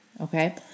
okay